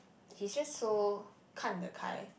he's just so 看的开